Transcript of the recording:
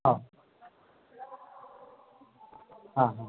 हां हां हां